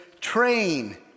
train